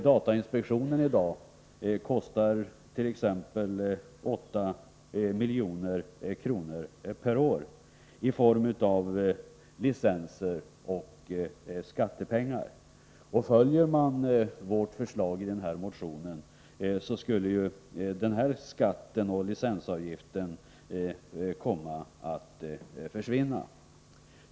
Datainspektionen i dag kostar t.ex. 8 milj.kr. per år i form av licenser och skattepengar. Följer man vårt förslag i vår motion skulle den här skatten och licensavgiften komma att försvinna.